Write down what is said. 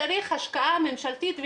צריך השקעה ממשלתית,